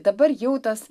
dabar jau tas